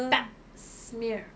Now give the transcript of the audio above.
pap smear